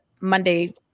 Monday